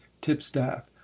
tipstaff